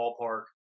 ballpark